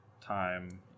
time